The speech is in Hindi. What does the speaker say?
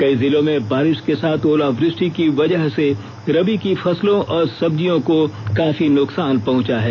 कई जिलों में बारिश के साथ ओलावृष्टि की वजह से रबी की फसलों और सब्जियों को भी काफी न्कसान पहुंचा है